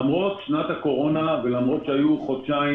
למרות הקורונה ולמרות שהיו חודשיים